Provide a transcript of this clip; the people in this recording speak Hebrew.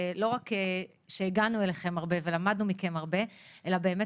שלא רק שהגענו אליכם הרבה ולמדנו מכם הרבה אלא באמת